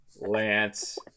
Lance